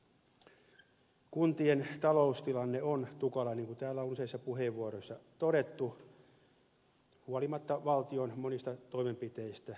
kuntien taloustilanne on tukala niin kuin täällä on useissa puheenvuoroissa todettu huolimatta valtion monista toimenpiteistä ja rahoituksesta